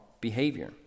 behavior